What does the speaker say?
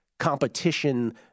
competition